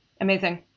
Amazing